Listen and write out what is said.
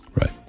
Right